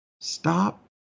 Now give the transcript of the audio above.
Stop